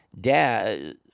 Dad